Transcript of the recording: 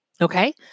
Okay